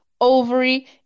ovary